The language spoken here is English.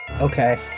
Okay